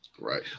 right